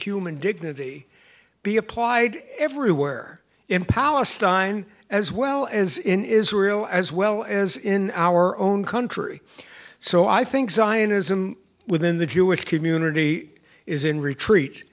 human dignity be applied everywhere in palestine as well as in israel as well as in our own country so i think zionism within the jewish community is in retreat